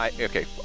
Okay